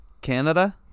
Canada